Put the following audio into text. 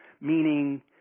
meaning